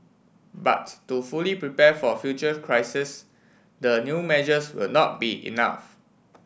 but to fully prepare for future crises the new measures will not be enough